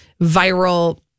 viral